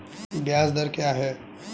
ब्याज दर क्या है?